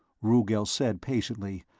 rugel said patiently,